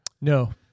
no